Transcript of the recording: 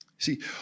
See